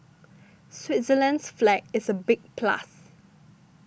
Switzerland's flag is a big plus